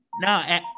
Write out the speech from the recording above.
No